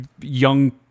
young